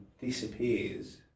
disappears